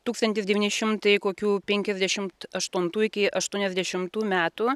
tūkstantis devyni šimtai kokių penkiasdešimt aštuntų iki aštuoniasdešimtų metų